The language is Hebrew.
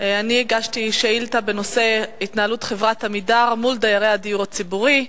אני הגשתי שאילתא בנושא: התנהלות חברת "עמידר" מול דיירי הדיור הציבורי.